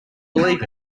believe